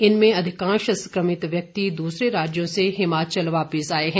इनमें अधिकांश संक्रमित व्यक्ति दूसरे राज्यों से हिमाचल वापिस आए हैं